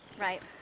Right